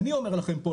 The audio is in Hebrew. אני אומר לכם פה,